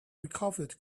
recovered